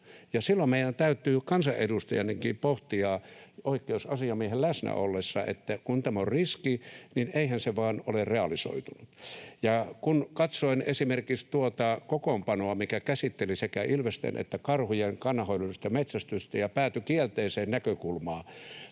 Silloin meidän täytyy kansanedustajinakin pohtia oikeusasiamiehen läsnä ollessa, että kun tämä on riski, niin eihän se vaan ole realisoitunut. Kun katsoin esimerkiksi tuota kokoonpanoa, mikä käsitteli sekä ilvesten että karhujen kannanhoidollista metsästystä ja päätyi kielteiseen näkökulmaan,